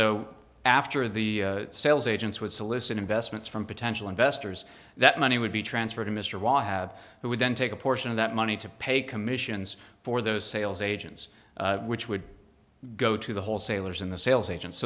so after the sales agents would solicit investments from potential investors that money would be transferred to mr wahhab who would then take a portion of that money to pay commissions for those sales agents which would go to the wholesalers and the sales agent